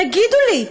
תגידו לי,